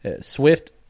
Swift